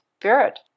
spirit